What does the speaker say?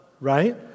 right